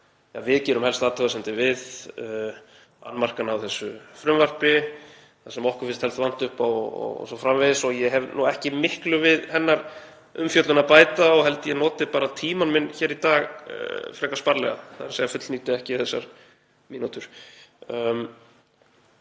við gerum helst athugasemdir við, annmarkana á þessu frumvarpi, það sem okkur finnst helst vanta upp á o.s.frv. Ég hef ekki miklu við hennar umfjöllun að bæta og held ég noti tíma minn hér í dag frekar sparlega og fullnýti ekki þessar mínútur.